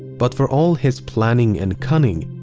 but for all his planning and cunning,